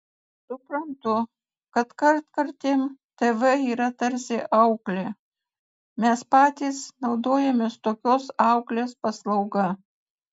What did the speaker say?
suprantu kad kartkartėm tv yra tarsi auklė mes patys naudojamės tokios auklės paslauga